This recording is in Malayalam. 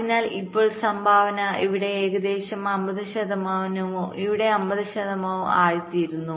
അതിനാൽ ഇപ്പോൾ സംഭാവന ഇവിടെ ഏകദേശം 50 ശതമാനവും അവിടെ 50 ശതമാനവും ആയിത്തീരുന്നു